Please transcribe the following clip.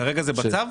כרגע זה בצו?